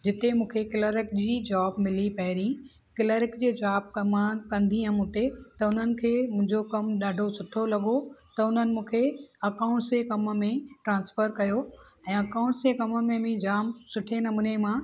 जिते मूंखे क्लर्क जी जॉब मिली पहिरीं क्लर्क जी जॉब त मां कंदी हुयमि हुते हुननि खे मुंहिंजो कमु ॾाढो सुठो लॻो त हुननि मूंखे अकाउंट्स जे कम में ट्रांसफर कयो ऐं अकाउंट्स जे कम में बि जाम सुठे नमूने मां